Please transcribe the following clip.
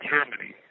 Germany